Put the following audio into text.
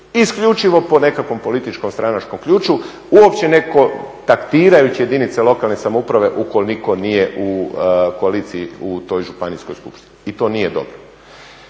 isključivo po nekakvom političkom stranačkom ključu, uopće … jedinice lokalne samouprave … nije u koaliciji u toj županijskoj skupštini i to nije dobro.